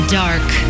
dark